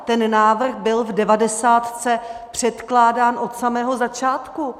Ten návrh byl v devadesátce předkládán od samého začátku.